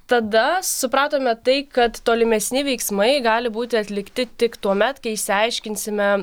tada supratome tai kad tolimesni veiksmai gali būti atlikti tik tuomet kai išsiaiškinsime